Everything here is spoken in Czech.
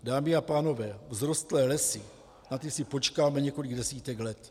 Dámy a pánové, vzrostlé lesy, na ty si počkáme několik desítek let.